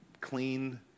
clean